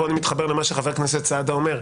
פה אני מתחבר למה שחבר הכנסת סעדה אומר,